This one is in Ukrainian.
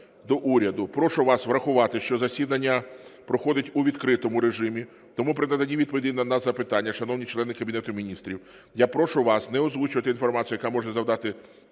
до Уряду". Прошу вас врахувати, що засідання проходить у відкритому режимі, тому при наданні відповіді на запитання, шановні члени Кабінету Міністрів, я прошу вас не озвучувати інформацію, яка може завдати